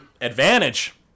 Advantage